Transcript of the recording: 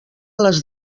les